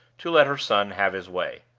to let her son have his way.